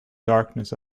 darkness